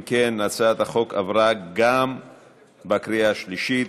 אם כן, הצעת החוק התקבלה גם בקריאה שלישית.